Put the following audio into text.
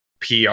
PR